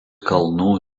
kalnų